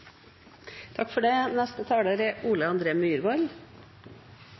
Takk for spørsmålene. Det er